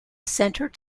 centered